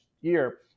year